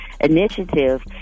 initiative